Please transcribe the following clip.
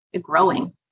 growing